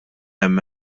hemm